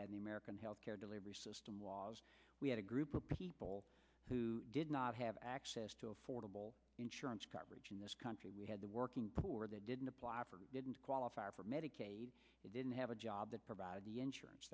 the american health care delivery system was we had a group of people who did not have access to affordable insurance coverage in this country we had the working poor they didn't apply for didn't qualify for medicaid they didn't have a job to provide the insurance